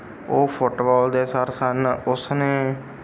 ਉਹ ਫੁੱਟਬੋਲ ਦੇ ਸਰ ਸਨ ਉਸ ਨੇ